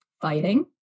Fighting